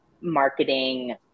marketing